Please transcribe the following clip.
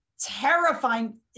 terrifying